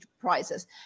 prices